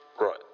right